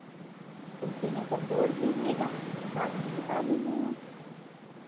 तो उसी में सब जोड़ लीजिएगा बाद में बता दीजिएगा